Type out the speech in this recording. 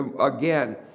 again